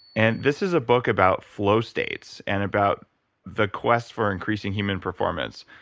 and this is a book about flow states and about the quest for increasing human performance.